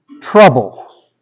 trouble